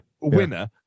winner